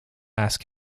ask